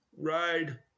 ride